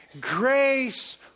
grace